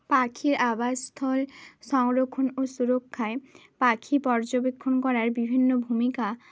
পাখির আবাসস্থল সংরক্ষণ ও সুরক্ষায় পাখি পর্যবেক্ষণ করার বিভিন্ন ভূমিকা